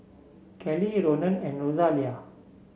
Kellie Ronan and Rosalia